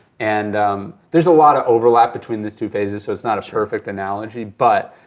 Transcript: and there's a lot of overlap between the two phases so it's not a perfect analogy, but